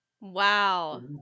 Wow